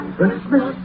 Christmas